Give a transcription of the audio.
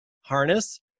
harness